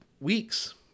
weeks